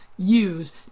Use